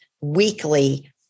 weekly